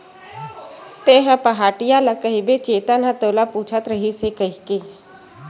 तेंहा पहाटिया ल कहिबे चेतन ह तोला पूछत रहिस हे कहिके